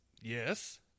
Yes